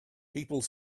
people